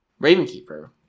Ravenkeeper